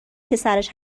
پسرش